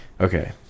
okay